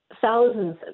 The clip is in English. thousands